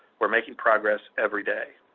we're making progress every day.